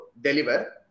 deliver